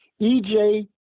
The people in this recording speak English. EJ